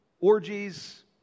orgies